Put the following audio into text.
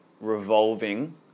revolving